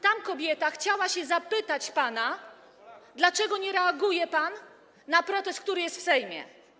Tam kobieta chciała zapytać pana, dlaczego nie reaguje pan na protest, który jest w Sejmie.